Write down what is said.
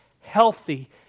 healthy